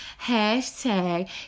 Hashtag